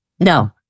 No